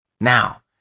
Now